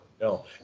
No